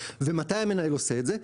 מתי המנהל עושה את זה?